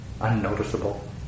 unnoticeable